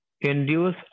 induce